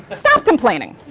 but stop complaining.